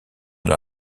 dans